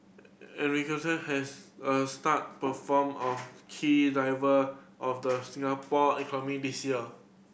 has a star perform of key diver of the Singapore economy this year